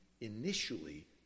initially